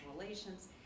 relations